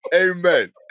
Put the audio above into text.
Amen